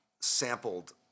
sampled